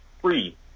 free